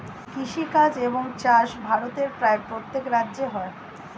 কৃষিকাজ এবং চাষ ভারতের প্রায় প্রত্যেক রাজ্যে হয়